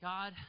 God